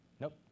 Nope